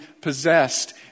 possessed